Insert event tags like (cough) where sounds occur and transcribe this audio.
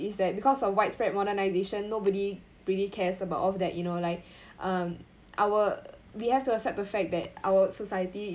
is that because of widespread modernisation nobody really cares all of that you know like (breath) um our we have to accept the fact that our society